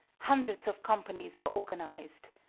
hundreds of companies were organized.